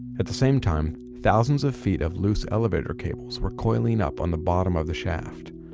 at the same time, thousands of feet of loose elevator cables were coiling up on the bottom of the shaft.